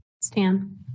Stan